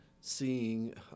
seeing